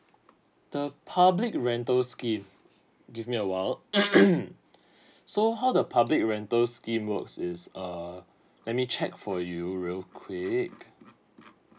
the public rentals scheme give me a while so how the public rental scheme works is err let me check for you real quick